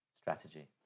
strategy